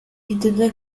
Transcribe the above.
intentan